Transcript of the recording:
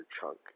chunk